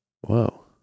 Whoa